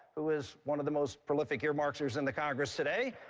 who is one of the most prolific earmarkers in the congress today,